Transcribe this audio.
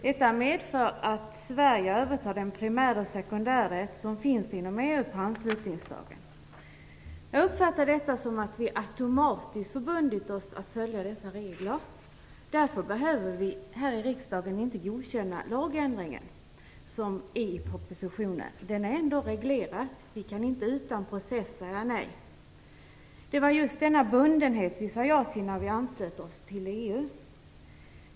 Detta medför att Sverige övertar den primärrätt och sekundärrätt som finns inom EU på anslutningsdagen. Jag uppfattar detta som att vi automatiskt förbundit oss att följa dessa regler. Därför behöver vi här i riksdagen inte godkänna lagändringen i propositionen. Den är ändå reglerad. Vi kan inte utan process säga nej. Det var just denna bundenhet vi sade ja till när vi anslöt oss till EU.